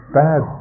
bad